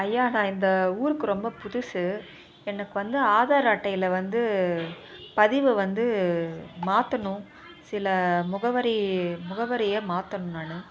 ஐயா நான் இந்த ஊருக்கு ரொம்ப புதுசு எனக்கு வந்து ஆதார் அட்டையில் வந்து பதிவை வந்து மாற்றணும் சில முகவரி முகவரியை மாற்றணும் நான்